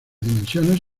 dimensiones